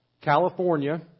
California